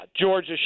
Georgia